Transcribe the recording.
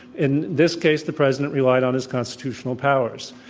in this case, the president relied on his constitutional powers.